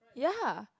ya